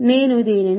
నేను దీనిని